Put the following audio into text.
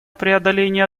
преодоление